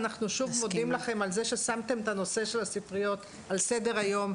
אנחנו שוב מודים לכם על זה ששמתם את הנושא של הספריות על סדר היום.